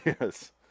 Yes